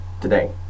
today